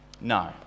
No